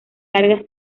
largas